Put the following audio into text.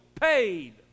paid